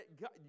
God